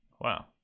Wow